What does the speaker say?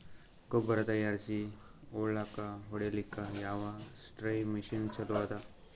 ಗೊಬ್ಬರ ತಯಾರಿಸಿ ಹೊಳ್ಳಕ ಹೊಡೇಲ್ಲಿಕ ಯಾವ ಸ್ಪ್ರಯ್ ಮಷಿನ್ ಚಲೋ ಅದ?